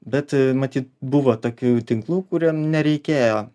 bet matyt buvo tokių tinklų kuriem nereikėjo